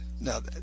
Now